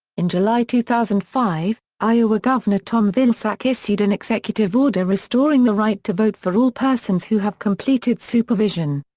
in july two thousand and five, iowa governor tom vilsack issued an executive order restoring the right to vote for all persons who have completed supervision.